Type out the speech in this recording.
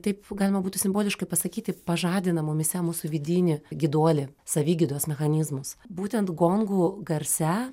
taip galima būtų simboliškai pasakyti pažadina mumyse mūsų vidinį gyduolį savigydos mechanizmus būtent gongų garse